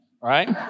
right